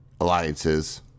alliances